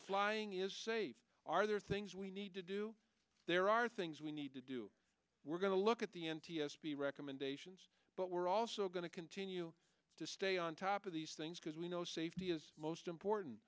flying is safe are there things we need to do there are things we need to do we're going to look at the n t s b recommendations but we're also going to continue to stay on top of these things because we know safety is most important